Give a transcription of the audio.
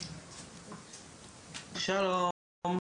שלום.